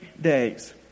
days